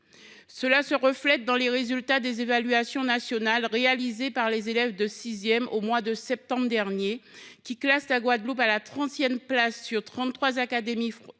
Cela se reflète dans les résultats des évaluations nationales réalisées par les élèves de sixième au mois de septembre dernier, qui classent la Guadeloupe à la trentième place sur 33 académies